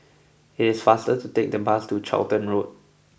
It is faster to take the bus to Charlton Road